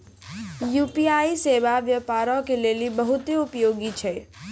UPI सेबा व्यापारो के लेली बहुते उपयोगी छै